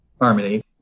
harmony